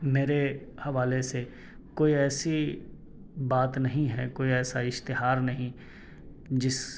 میرے حوالے سے کوئی ایسی بات نہیں ہے کوئی ایسا اشتہار نہیں جس